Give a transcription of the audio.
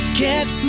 get